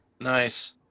Nice